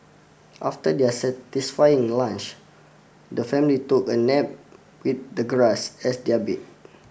after their satisfying lunch the family took a nap with the grass as their bed